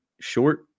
Short